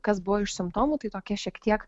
kas buvo iš simptomų tai tokia šiek tiek